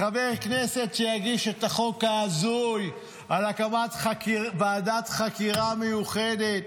חבר כנסת שיגיש את החוק ההזוי על הקמת ועדת חקירה מיוחדת.